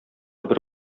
бер